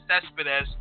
Cespedes